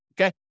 Okay